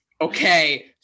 Okay